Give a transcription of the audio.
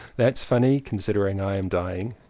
that's funny, considering i am dying!